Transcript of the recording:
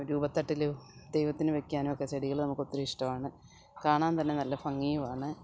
രൂപത്തട്ടില് ദൈവത്തിന് വെക്കാനും ഒക്കെ ചെടികള് നമുക്ക് ഒത്തിരി ഇഷ്ടമാണ് കാണാൻ തന്നെ നല്ല ഭംഗിയുമാണ്